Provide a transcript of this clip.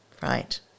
right